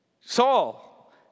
Saul